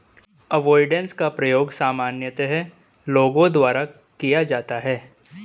avoidance का प्रयोग सामान्यतः लोगों द्वारा किया जाता है